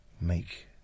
make